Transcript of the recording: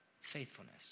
faithfulness